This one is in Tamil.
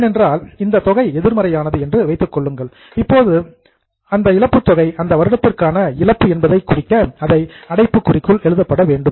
ஏனென்றால் இந்த தொகை எதிர்மறையானது என்று வைத்துக் கொள்ளுங்கள் அப்போது அந்த இழப்பு தொகையை அந்த வருடத்திற்கான இழப்பு என்பதை குறிக்க அதை அடைப்புக்குறிக்குள் எழுதப்பட வேண்டும்